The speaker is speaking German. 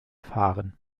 fahren